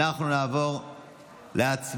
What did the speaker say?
אנחנו נעבור להצבעה.